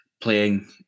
playing